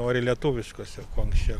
nori lietuviškos ir kuo anksčiau